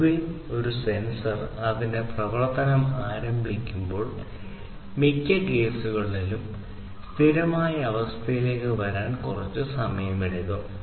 പൊതുവേ ഒരു സെൻസർ അതിന്റെ പ്രവർത്തനം ആരംഭിക്കുമ്പോൾ മിക്ക കേസുകളിലും സ്ഥിരമായ അവസ്ഥയിലേക്ക് വരാൻ കുറച്ച് സമയമെടുക്കും